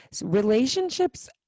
relationships